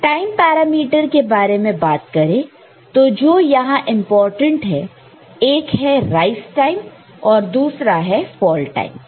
time parameter के बारे में बात करें तो जो यहां इंपॉर्टेंट है एक है राइस टाइम और दूसरा है फॉल टाइम